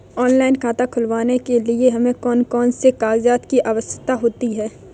Online खाता खोलने के लिए हमें कौन कौन से कागजात की आवश्यकता होती है?